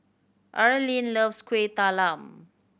Arlyne loves Kueh Talam